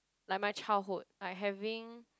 like my childhood I having